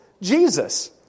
Jesus